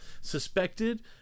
suspected